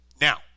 Now